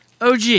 OG